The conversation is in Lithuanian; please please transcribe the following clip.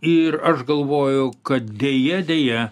ir aš galvoju kad deja deja